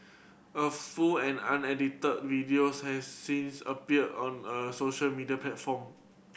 a full and unedited videos has since appeared on a social media platform